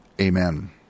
Amen